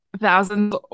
thousands